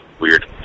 weird